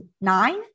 nine